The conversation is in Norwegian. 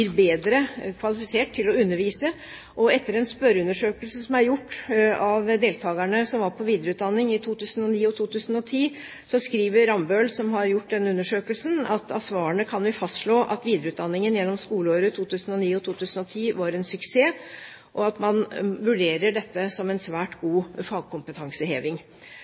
bedre kvalifisert til å undervise. Etter en spørreundersøkelse som er gjort blant deltakerne som var under videreutdanning i 2009 og 2010, skriver Rambøll, som har gjort denne undersøkelsen, at av svarene «kan vi fastslå at videreutdanningen gjennom skoleåret 2009 og 2010 var en suksess», og at man vurderer dette som en svært god fagkompetanseheving.